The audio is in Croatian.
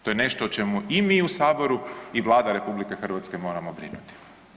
To je nešto o čemu i mi u Saboru i Vlada RH moramo brinuti.